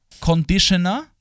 Conditioner